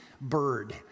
bird